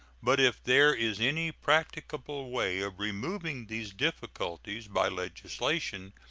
but if there is any practicable way of removing these difficulties by legislation,